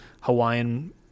Hawaiian